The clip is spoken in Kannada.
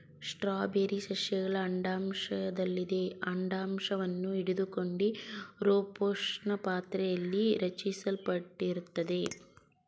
ಸ್ಟ್ರಾಬೆರಿ ಸಸ್ಯಗಳ ಅಂಡಾಶಯದಲ್ಲದೆ ಅಂಡಾಶವನ್ನು ಹಿಡಿದುಕೊಂಡಿರೋಪುಷ್ಪಪಾತ್ರೆಲಿ ರಚಿಸಲ್ಪಟ್ಟಿರ್ತದೆ